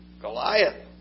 Goliath